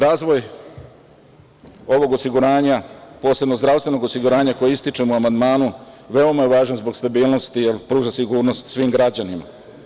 Razvoj ovog osiguranja, posebno zdravstvenog osiguranja koje ističem u amandmanu, veoma je važan zbog stabilnosti, jer pruža sigurnost svim građanima.